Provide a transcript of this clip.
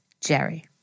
Jerry